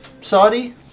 Saudi